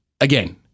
again